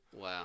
Wow